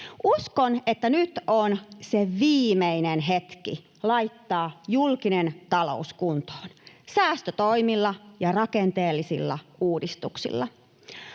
Uskon, että nyt on se viimeinen hetki laittaa julkinen talous kuntoon säästötoimilla ja rakenteellisilla uudistuksilla.